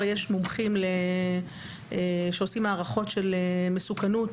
יש מומחים שעושים הערכות של מסוכנות.